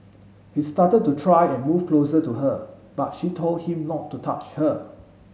he started to try and move closer to her but she told him not to touch her